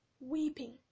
weeping